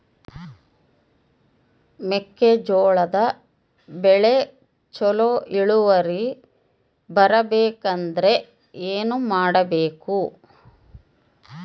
ಮೆಕ್ಕೆಜೋಳದ ಬೆಳೆ ಚೊಲೊ ಇಳುವರಿ ಬರಬೇಕಂದ್ರೆ ಏನು ಮಾಡಬೇಕು?